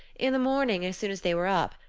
in the morning, as soon as they were up,